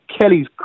Kelly's